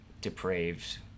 depraved